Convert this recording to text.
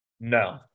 No